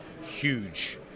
huge